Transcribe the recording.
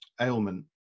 ailment